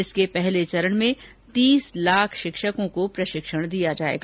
इसके पहले चरण में तीस लाख शिक्षकों को प्रशिक्षित किया जायेगा